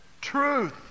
truth